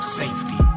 safety